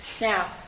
now